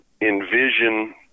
envision